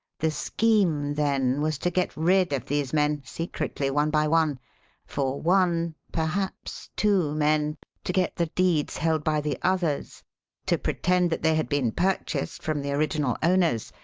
the scheme, then, was to get rid of these men, secretly, one by one for one perhaps two men to get the deeds held by the others to pretend that they had been purchased from the original owners,